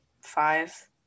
five